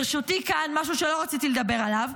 ברשותי כאן משהו שלא רציתי לדבר עליו,